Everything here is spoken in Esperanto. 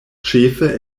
ĉefe